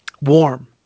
warm